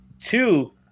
two